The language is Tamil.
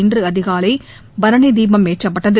இன்று அதிகாலை பரணி தீபம் ஏற்றப்பட்டது